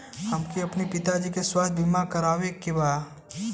हमके अपने पिता जी के स्वास्थ्य बीमा करवावे के बा?